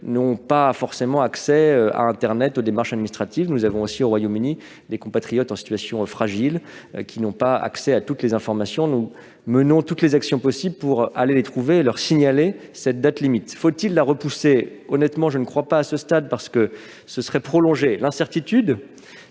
n'ont pas forcément accès à internet. Nous avons aussi au Royaume-Uni des compatriotes en situation fragile, qui n'ont pas accès à toutes les informations. Nous menons toutes les actions possibles pour les trouver et leur signaler cette date limite. Faut-il la repousser ? Honnêtement, je ne crois pas à ce stade, car ce serait prolonger l'incertitude.